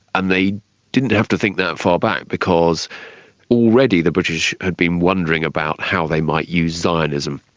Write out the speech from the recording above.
and they didn't have to think that far back because already the british had been wondering about how they might use zionism,